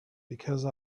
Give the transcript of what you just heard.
because